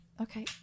Okay